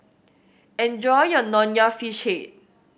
enjoy your Nonya Fish Head